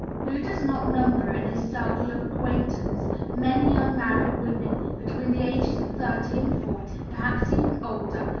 who does not number in his circle of acquaintance many unmarried women, between the ages of thirty and forty, perhaps even older,